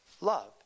love